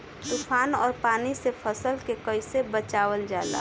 तुफान और पानी से फसल के कईसे बचावल जाला?